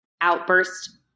outburst